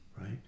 Right